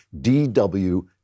DW